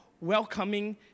welcoming